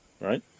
right